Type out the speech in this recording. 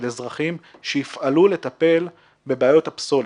של אזרחים שיפעלו לטפל בבעיות הפסולת.